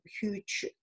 huge